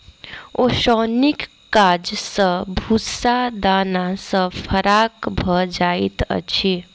ओसौनीक काज सॅ भूस्सा दाना सॅ फराक भ जाइत अछि